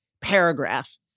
paragraph